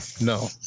No